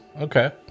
Okay